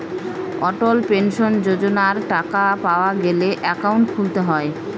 অটল pension যোজনার টাকা পাওয়া গেলে একাউন্ট খুলতে হয়